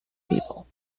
people